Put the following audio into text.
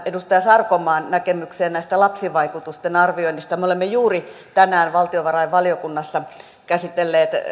edustaja sarkomaan näkemykseen lapsivaikutusten arvioinnista me olemme juuri tänään valtiovarainvaliokunnassa käsitelleet